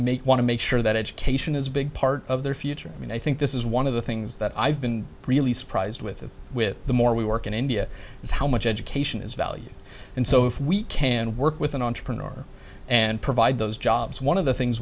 make want to make sure that education is a big part of their future and i think this is one of the things that i've been really surprised with with the more we work in india is how much education is valued and so if we can work with an entrepreneur and provide those jobs one of the things